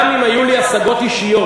גם אם היו לי השגות אישיות,